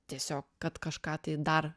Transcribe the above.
tiesiog kad kažką tai dar